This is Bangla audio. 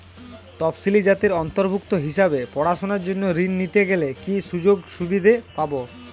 তফসিলি জাতির অন্তর্ভুক্ত হিসাবে পড়াশুনার জন্য ঋণ নিতে গেলে কী কী সুযোগ সুবিধে পাব?